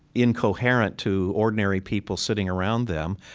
incoherent to ordinary people sitting around them.